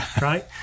Right